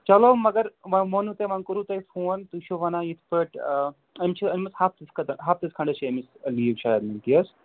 چلو مگر وۄنۍ ووٚنوُ تۄہہِ وۄنۍ کوٚروُ تۄہہِ فون تُہۍ چھُو ونان یِتھ پٲٹھۍ أمۍ چھِ أنۍمٕژ ہَفتَس خٲطرٕ ہَفتَس کھٔنٛڈَس چھِ أمِس لیٖو شاید أنۍمٕژ تی حظ